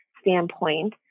standpoint